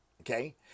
okay